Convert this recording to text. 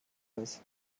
das